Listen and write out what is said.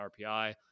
RPI